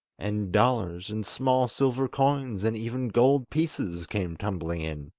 and dollars, and small silver coins, and even gold pieces, came tumbling in.